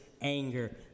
anger